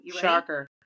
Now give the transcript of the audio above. Shocker